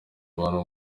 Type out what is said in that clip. abantu